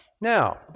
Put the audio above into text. Now